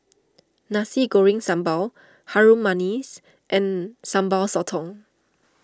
Nasi Goreng Sambal Harum Manis and Sambal Sotong